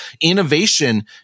innovation